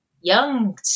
young